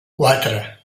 quatre